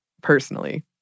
personally